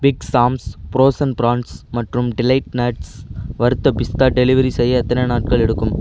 big Sam's frozen prawns மற்றும் Delight Nuts வறுத்த பிஸ்தா டெலிவரி செய்ய எத்தனை நாட்கள் எடுக்கும்